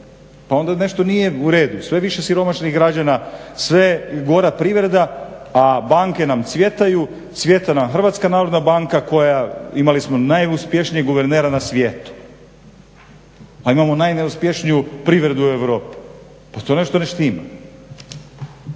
Pa onda nešto nije u redu. Sve je više siromašnih građana, sve je gora privreda, a banke nam cvjetaju. Cvjeta nam HNB koja imali smo najuspješnijeg guvernera na svijetu, a imamo najneuspješniju privredu u Europi. Pa to nešto ne štima.